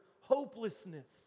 hopelessness